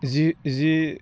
जि जि